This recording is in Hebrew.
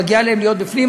מגיע להם להיות בפנים,